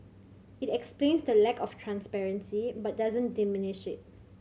it explains the lack of transparency but doesn't diminish it